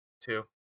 two